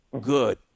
Good